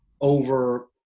over